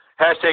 hashtag